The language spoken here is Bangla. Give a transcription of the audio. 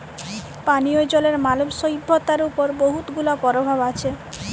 পানীয় জলের মালব সইভ্যতার উপর বহুত গুলা পরভাব আছে